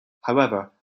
however